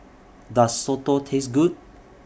Does Soto Taste Good